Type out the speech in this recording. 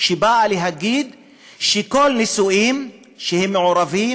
שבאה להגיד שכל נישואין שהם מעורבים,